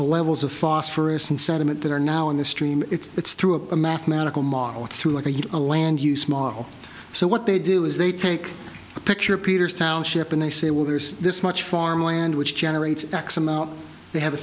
the levels of phosphorus and sediment that are now in the stream it's through a mathematical model through like a a land use model so what they do is they take the picture peters township and they say well there's this much farmland which generates x amount they have a